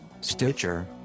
stitcher